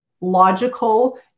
logical